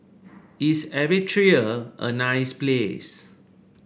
is Eritrea a a nice place